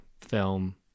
film